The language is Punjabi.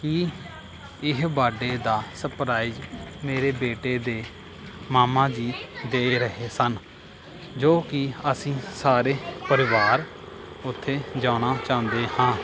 ਕਿ ਇਹ ਬਾਡੇ ਦਾ ਸਰਪ੍ਰਾਈਜ਼ ਮੇਰੇ ਬੇਟੇ ਦੇ ਮਾਮਾ ਜੀ ਦੇ ਰਹੇ ਸਨ ਜੋ ਕਿ ਅਸੀਂ ਸਾਰੇ ਪਰਿਵਾਰ ਉੱਥੇ ਜਾਣਾ ਚਾਹੁੰਦੇ ਹਾਂ